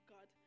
God